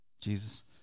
Jesus